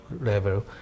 level